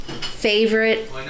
favorite